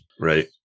Right